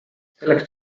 selleks